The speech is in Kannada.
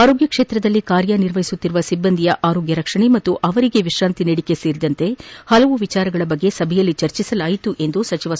ಆರೋಗ್ಯ ಕ್ಷೇತ್ರದಲ್ಲಿ ಕಾರ್ಯನಿರ್ವಹಿಸುತ್ತಿರುವ ಸಿಬ್ಬಂದಿಯ ಆರೋಗ್ಯ ರಕ್ಷಣೆ ಹಾಗೂ ಅವರಿಗೆ ವಿಶ್ರಾಂತಿ ನೀಡಿಕೆ ಸೇರಿದಂತೆ ಹಲವು ವಿಚಾರಗಳ ಬಗ್ಗೆ ಸಭೆಯಲ್ಲಿ ಚರ್ಚಿಸಲಾಯಿತು ಎಂದು ಸಚಿವ ಡಾ